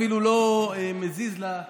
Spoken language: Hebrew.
אפילו לא מזיז לה,